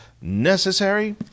necessary